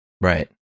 right